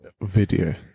video